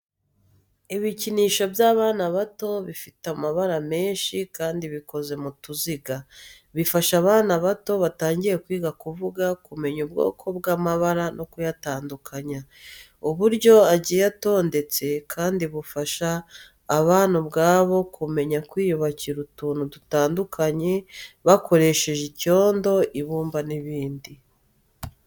Ibikinisho by’abana bato bifite amabara menshi kandi bikoze mu tuziga. Bifasha abana bato batangiye kwiga kuvuga, kumenya ubwoko bw'amabara no kuyatandukanya. Uburyo agiye atondetse kandi bufasha abana ubwabo kumenya kwiyubakira utuntu dutandukanye bakoresheje icyondo, ibumba n'ibindi.